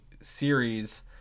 series